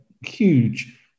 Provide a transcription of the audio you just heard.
huge